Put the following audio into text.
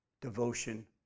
devotion